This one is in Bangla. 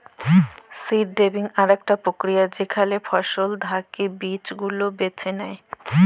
সীড সেভিং আকটা প্রক্রিয়া যেখালে ফসল থাকি বীজ গুলা বেছে লেয়